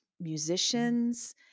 musicians